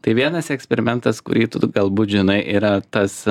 tai vienas eksperimentas kurį tu galbūt žinai yra tas